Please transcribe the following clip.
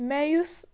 مےٚ یُس